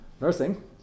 nursing